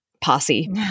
posse